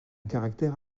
caractère